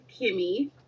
Kimmy